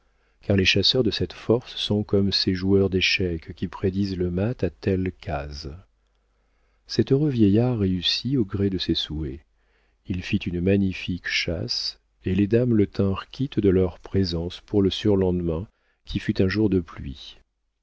car les chasseurs de cette force sont comme ces joueurs d'échecs qui prédisent le mat à telle base cet heureux vieillard réussit au gré de ses souhaits il fit une magnifique chasse et les dames le tinrent quitte de leur présence pour le surlendemain qui fut un jour de pluie